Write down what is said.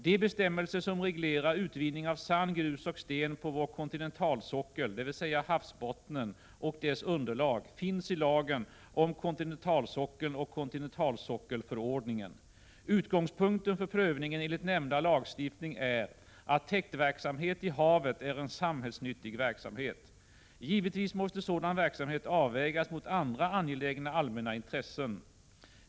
De bestämmelser som reglerar utvinning av sand, grus och sten på vår kontinentalsockel, dvs. havsbottnen och dess underlag, finns i lagen om kontinentalsockeln och i kontinentalsockelförordningen . Utgångspunkten för prövningen enligt nämnda lagstiftning är att täktverksamhet i havet är en samhällsnyttig verksamhet. Givetvis måste sådan verksamhet avvägas mot andra angelägna allmänna intressen.